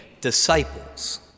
disciples